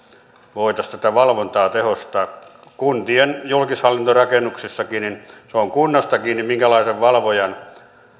voitaisiin tätä valvontaa tehostaa kuntien julkishallintorakennuksissakin se on kunnasta kiinni minkälaisen valvojan